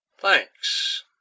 Thanks